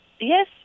Yes